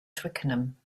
twickenham